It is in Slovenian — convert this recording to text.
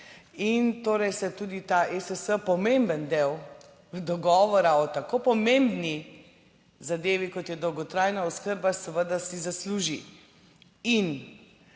In torej se tudi ta ESS, pomemben del dogovora o tako pomembni zadevi kot je dolgotrajna oskrba, seveda si zasluži. In